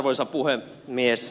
arvoisa puhemies